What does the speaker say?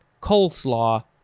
coleslaw